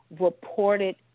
reported